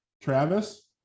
Travis